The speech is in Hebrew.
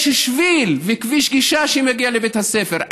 יש שביל וכביש גישה שמגיע לבית הספר,